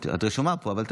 את רשומה פה, אבל תכף.